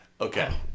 Okay